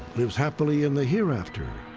lives happily in the hereafter,